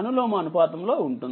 అనులోమానుపాతంలో ఉంటుంది